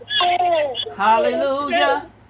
hallelujah